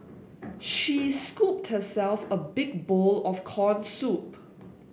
she scooped herself a big bowl of corn soup